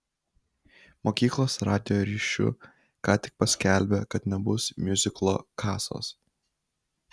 mokyklos radijo ryšiu ką tik paskelbė kad nebus miuziklo kasos